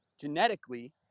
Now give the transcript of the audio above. genetically